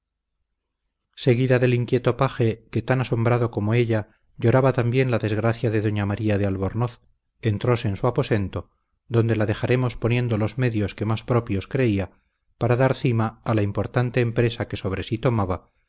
seguida del inquieto paje que tan asombrado como ella lloraba también la desgracia de doña maría de albornoz entróse en su aposento donde la dejaremos poniendo los medios que más propios creía para dar cima a la importante empresa que sobre sí tomaba